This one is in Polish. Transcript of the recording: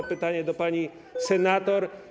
To pytanie do pani senator.